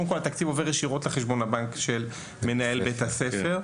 התקציב עובר ישירות לחשבון הבנק של מנהל בית הספר.